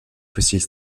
fossiles